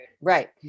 right